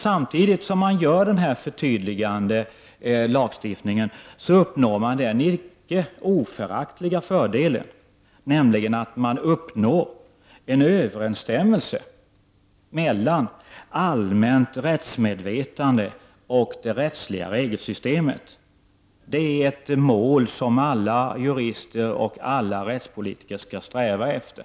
Samtidigt som denna förtydligande lagstiftning kommer till stånd uppnår man den icke oföraktliga fördelen att det blir överensstämmelse mellan allmänt rättsmedvetande och det gällande rättsliga regelsystemet. Det är ett mål som alla jurister och rättspolitiker bör sträva efter.